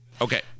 Okay